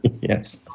Yes